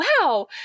wow